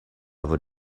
will